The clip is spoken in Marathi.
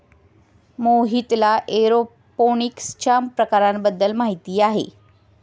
मोहितला एरोपोनिक्सच्या प्रकारांबद्दल माहिती आहे